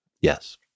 Yes